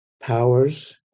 powers